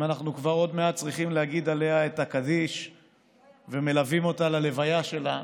אם אנחנו כבר עוד מעט צריכים להגיד עליה קדיש ומלווים אותה ללוויה שלה,